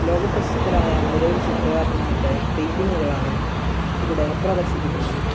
ലോകപ്രസ്തരായ നിരവധി ചിത്രകാരന്മാരുടെ പെയിൻറ്റിങ്ങുകളാണ് ഇവിടെ പ്രദർശിപ്പിക്കുന്നത്